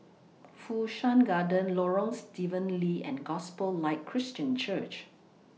Fu Shan Garden Lorong Stephen Lee and Gospel Light Christian Church